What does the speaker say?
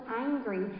angry